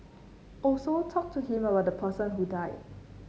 also talk to him about the person who died